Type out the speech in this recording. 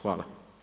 Hvala.